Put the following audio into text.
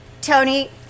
Tony